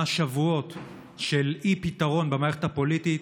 שבועות של אי-פתרון במערכת הפוליטית,